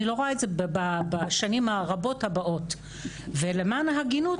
אני לא רואה את זה בשנים הרבות הבאות ולמען ההגינות,